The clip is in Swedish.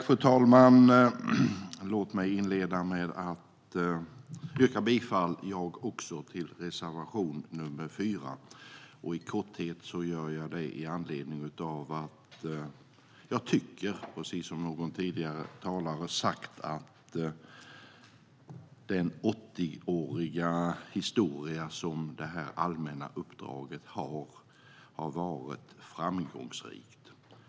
Fru talman! Låt mig inleda med att även jag yrka bifall till reservation nr 4. I korthet gör jag det i anledning av att jag tycker, precis som någon tidigare talare har sagt, att detta allmänna uppdrag med sin 80-åriga historia har varit framgångsrikt.